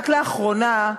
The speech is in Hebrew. רק לאחרונה,